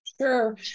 Sure